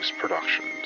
productions